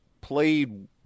played